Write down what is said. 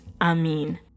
Amen